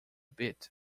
bit